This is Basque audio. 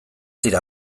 dira